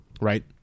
right